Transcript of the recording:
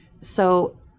So-